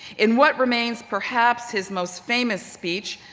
in what remains perhaps his most famous speech,